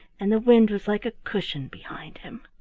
and the wind was like a cushion behind him.